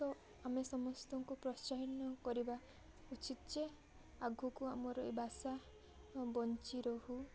ତ ଆମେ ସମସ୍ତଙ୍କୁ ପ୍ରୋତ୍ସାହିନ କରିବା ଉଚିତ ଯେ ଆଗକୁ ଆମର ଏଇ ଭାଷା ବଞ୍ଚି ରହୁ